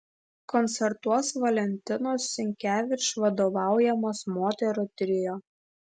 koncertuos valentinos sinkevič vadovaujamas moterų trio